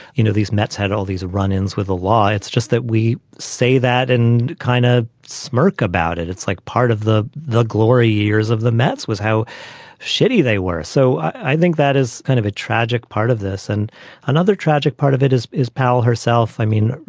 you know, these mets had all these run ins with the law. it's just that we say that and kind of smirk about it. it's like part of the the glory years of the mets was how shitty they were. so i think that is kind of a tragic part of this. and another tragic part of it is is pal herself. i mean,